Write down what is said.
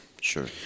Sure